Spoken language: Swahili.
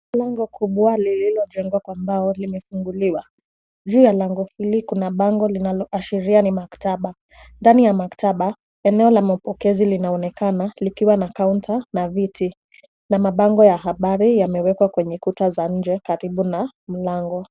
Ni lango kubwa lililojengwa kwa mbao limefunguliwa. Juu ya lango hili kuna bango linaloashiria ni maktaba. Ndani ya maktaba, eneo la mapokezi linaonekana likiwa na (cs)counter(cs) na viti, na mabango ya habari yamewekwa kwenye kuta za nje karibu na mlango.